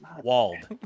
Walled